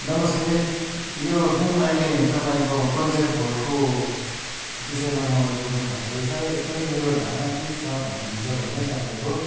नमस्ते यो जुन अहिले तपाईँको पञ्चायत भोटको विषयमा मलाई सोध्नुभएको रहेछ है यसमा चाहिँ मेरो धारणा के छ भन्नुहुन्छ भने तपाईँको